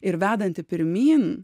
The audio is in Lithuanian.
ir vedanti pirmyn